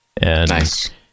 Nice